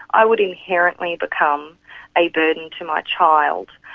i would inherently become a burden to my child,